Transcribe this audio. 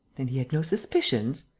then he had no suspicions?